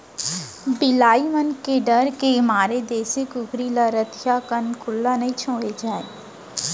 बिलाई मन के डर के मारे देसी कुकरी ल रतिहा कन खुल्ला नइ छोड़े जाए